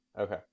Okay